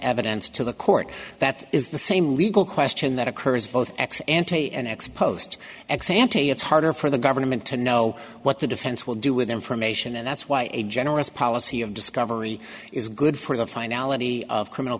evidence to the court that is the same legal question that occurs both ex ante and ex post ex ante it's harder for the government to know what the defense will do with information and that's why a generous policy of discovery is good for the finality of criminal